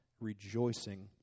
rejoicing